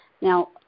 now